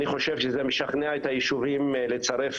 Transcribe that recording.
אני חושב שזה משכנע את היישובים לצרף